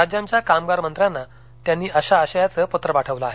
राज्यांच्या कामगार मंत्र्यांना त्यांनी अशा आशयाचं पत्र पाठवलं आहे